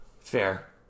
Fair